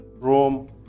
Rome